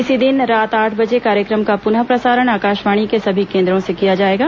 इसी दिन रात आठ बजे कार्यक्रम का पुनः प्रसारण आकाशवाणी के सभी केन्द्रों से किया जाएगा